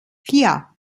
vier